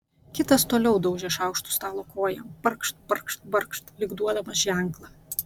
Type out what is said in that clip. kitas toliau daužė šaukštu stalo koją barkšt barkšt barkšt lyg duodamas ženklą